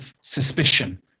suspicion